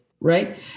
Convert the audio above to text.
right